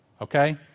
Okay